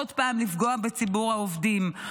עוד פעם לפגוע בציבור העובדים,